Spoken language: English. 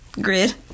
grid